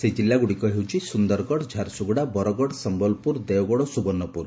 ସେହି ଜିଲ୍ଲାଗୁଡ଼ିକ ହେଲା ସୁନ୍ଦରଗଡ଼ ଝାରସୁଗୁଡ଼ା ବରଗଡ଼ ସମ୍ୟଲପୁର ଦେବଗଡ଼ ଓ ସୁବର୍ଷ୍ପୁର